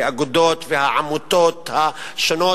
האגודות והעמותות השונות,